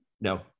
No